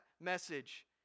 message